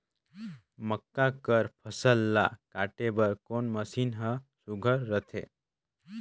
मक्का कर फसल ला काटे बर कोन मशीन ह सुघ्घर रथे?